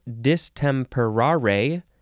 distemperare